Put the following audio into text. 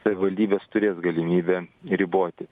savivaldybės turės galimybę riboti